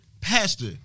pastor